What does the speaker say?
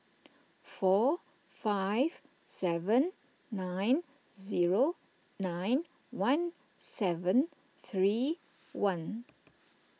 four five seven nine zero nine one seven three one